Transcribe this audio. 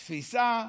תפיסה,